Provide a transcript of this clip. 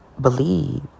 believe